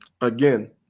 again